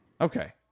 Okay